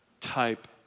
type